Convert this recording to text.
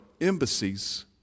embassies